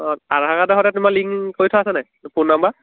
অঁ আধাৰ কাৰ্ডৰ সৈতে তোমাৰ লিংক কৰি থোৱা আছেনে ফোন নাম্বাৰ